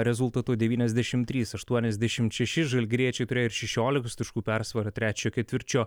rezultatu devyniasdešim trys aštuoniasdešimt šeši žalgiriečiai turėjo šešiolikos taškų persvara trečiojo ketvirčio